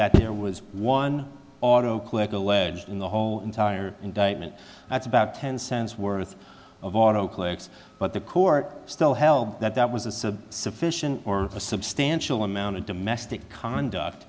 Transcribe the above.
that there was one auto click alleged in the whole entire indictment that's about ten cents worth of autoclaves but the court still held that that was the sufficient or a substantial amount of domestic conduct